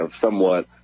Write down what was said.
somewhat